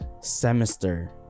semester